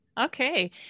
Okay